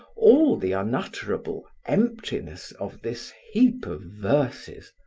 all the unutterable emptiness of this heap of verses.